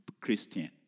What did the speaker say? Christian